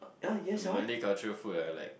Malay cultural food ah I like